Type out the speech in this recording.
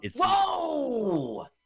Whoa